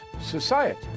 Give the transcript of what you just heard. society